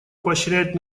поощряет